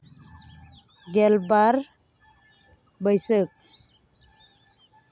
ᱜᱮᱞᱵᱟᱨ ᱵᱟᱹᱭᱥᱟᱹᱠᱷ